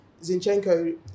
Zinchenko